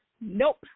nope